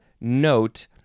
note